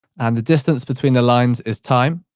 and the distance between the lines is time,